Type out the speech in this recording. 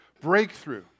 Breakthrough